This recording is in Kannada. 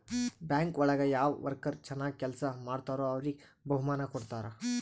ಬ್ಯಾಂಕ್ ಒಳಗ ಯಾವ ವರ್ಕರ್ ಚನಾಗ್ ಕೆಲ್ಸ ಮಾಡ್ತಾರೋ ಅವ್ರಿಗೆ ಬಹುಮಾನ ಕೊಡ್ತಾರ